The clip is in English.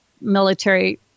military